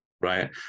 right